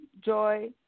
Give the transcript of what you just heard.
joy